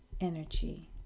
energy